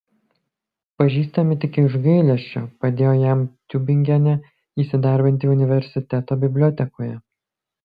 pažįstami tik iš gailesčio padėjo jam tiubingene įsidarbinti universiteto bibliotekoje